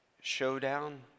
showdown